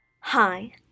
Hi